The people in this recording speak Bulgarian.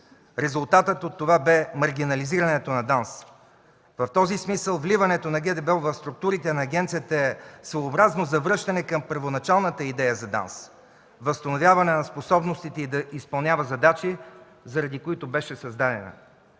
Резултатът от това бе маргинализирането на ДАНС. В този смисъл вливането на ГДБОП в структурите на агенцията е своеобразно завръщане към първоначалната идея за ДАНС, възстановяване на способностите й да изпълнява задачи, заради които беше създадена.